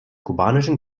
kubanischen